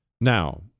Now